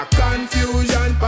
confusion